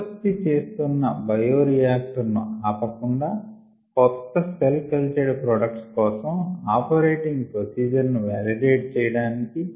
ఉత్పత్తి చేస్తున్న బయోరియాక్టర్ ను ఆపకుండా కొత్త సెల్ కల్చర్ ప్రొడక్ట్స్ కోసం ఆపరేటింగ్ ప్రోసిజర్ ను వాలిడేట్ చెయ్యడానికి